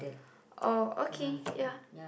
oh okay ya